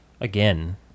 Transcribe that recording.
Again